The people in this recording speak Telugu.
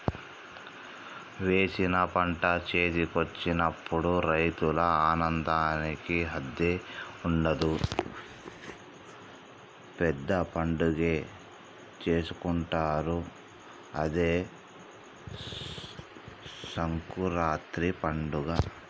వేసిన పంట చేతికొచ్చినప్పుడు రైతుల ఆనందానికి హద్దే ఉండదు పెద్ద పండగే చేసుకుంటారు అదే సంకురాత్రి పండగ